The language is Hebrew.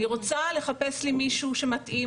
אני רוצה לחפש לי מישהו שמתאים,